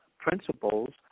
principles